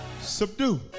subdue